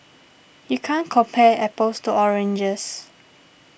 you can't compare apples to oranges